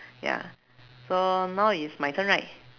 ya so now is my turn right